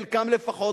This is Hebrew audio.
חלקם לפחות,